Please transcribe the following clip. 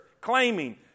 claiming